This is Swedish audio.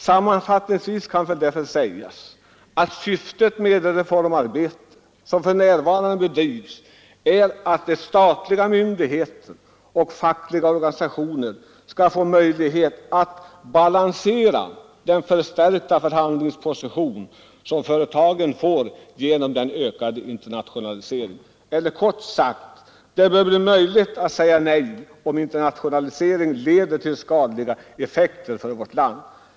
Sammanfattningsvis kan väl därför sägas att syftet med det reformarbete som för närvarande bedrivs är att statliga myndigheter och fackliga organisationer skall få möjlighet att balansera den förstärkta förhandlingsposition som företagen får genom den ökade internationaliseringen. Eller kort sagt: Det bör bli möjligt att säga nej, om internationaliseringen leder till skadliga effekter för vårt land.